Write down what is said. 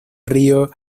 río